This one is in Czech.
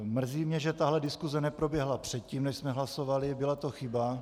Mrzí mě, že tahle diskuze neproběhla předtím, než jsme hlasovali, byla to chyba.